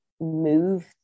move